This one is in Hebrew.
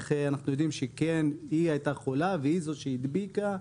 איך אנחנו יודעים שהיא כן הייתה חולה ושהיא זאת שהדביקה?